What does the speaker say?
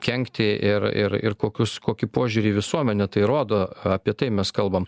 kenkti ir ir ir kokius kokį požiūrį į visuomenę tai rodo apie tai mes kalbam